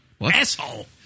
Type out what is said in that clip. Asshole